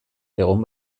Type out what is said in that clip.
egon